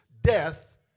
death